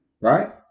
right